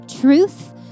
truth